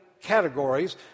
categories